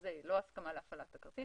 החוזה והיא לא הסכמה להפעלת הכרטיס.